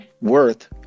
worth